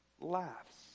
laughs